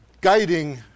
guiding